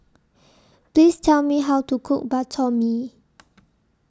Please Tell Me How to Cook Bak Chor Mee